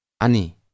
ani